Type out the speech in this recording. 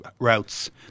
routes